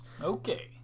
Okay